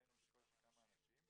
ראינו בקושי כמה אנשים.